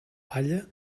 palla